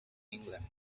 england